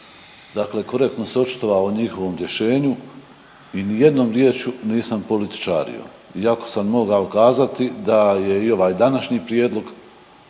Dakle, korektno se očitovao o njihovom rješenju i ni jednom riječju nisam političario iako sam mogao kazati da je i ovaj današnji prijedlog,